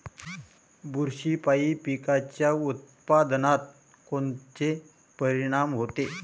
बुरशीपायी पिकाच्या उत्पादनात कोनचे परीनाम होते?